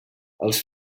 els